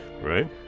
right